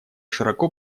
широко